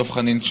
דב חנין,